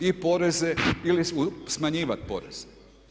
Ili poreze ili smanjivati poreze.